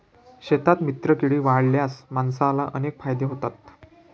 शेतात मित्रकीडी वाढवल्यास माणसाला अनेक फायदे होतात